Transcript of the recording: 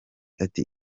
ati